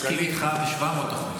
מסכים איתך 700 אחוז.